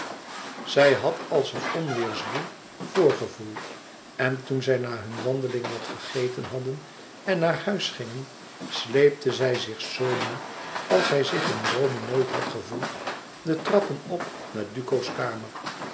zij had als een onweêrzwoel voorgevoel en toen zij na hunne wandeling wat gegeten hadden en naar huis gingen sleepte zij zich zoo moê als zij zich in rome nooit had gevoeld de trappen op naar duco's kamer